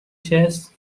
chess